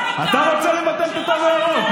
אתה רוצה לבטל את התו הירוק,